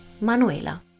Manuela